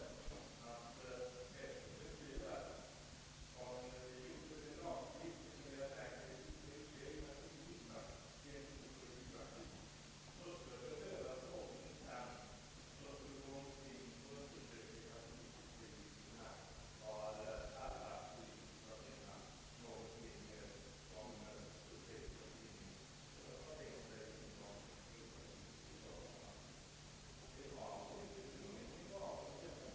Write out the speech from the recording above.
Ett bifall skulle nämligen kunna innebära att utlandssvenskarnas rösträtt fördröjes. Det ligger hos riksdagen och = konstitutionsutskottet motioner, som tar sikte på ett snabbt beslut. Men skulle man, såsom reservanterna föreslår, överlämna denna motion till grundlagberedningen är jag rädd för att detta ytterligare skulle fördröja ett beslut. Det finns all anledning att se upp i den saken särskilt med tanke på de övriga motionerna om utlandssvenskarnas rösträtt.